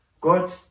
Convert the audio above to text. God